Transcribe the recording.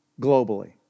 globally